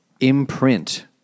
imprint